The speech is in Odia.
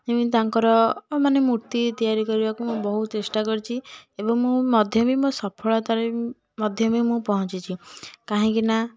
ଯେମିତି ତାଙ୍କର ମାନେ ମୂର୍ତ୍ତି ତିଆରି କରିବାକୁ ମୁଁ ବହୁତ ଚେଷ୍ଟା କରିଛି ଏବଂ ମୁଁ ମଧ୍ୟ ବି ମୋ ସଫଳତାରେ ମଧ୍ୟ ବି ମୁଁ ପହଞ୍ଚିଛି କାହିଁକିନା